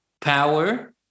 power